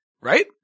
Right